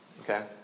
Okay